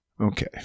Okay